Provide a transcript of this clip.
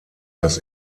das